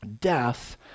death